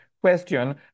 question